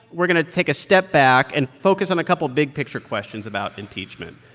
we're going to take a step back and focus on a couple of big-picture questions about impeachment.